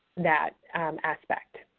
that aspect.